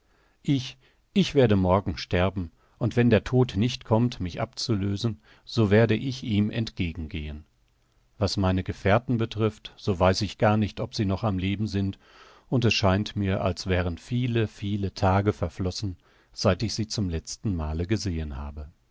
ich ich werde morgen sterben und wenn der tod nicht kommt mich abzulösen so werde ich ihm entgegengehen was meine gefährten betrifft so weiß ich gar nicht ob sie noch am leben sind und es scheint mir als wären viele viele tage verflossen seit ich sie zum letzten male gesehen habe